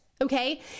Okay